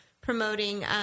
promoting